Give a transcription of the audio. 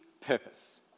purpose